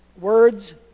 words